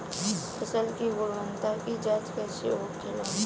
फसल की गुणवत्ता की जांच कैसे होखेला?